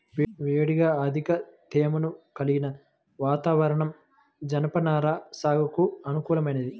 వేడిగా అధిక తేమను కలిగిన వాతావరణం జనపనార సాగుకు అనుకూలమైంది